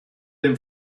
dem